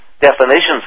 definitions